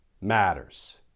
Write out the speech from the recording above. matters